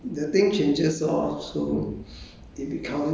the numbers of mouths grow so the